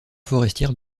forestière